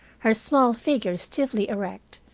her small figure stiffly erect,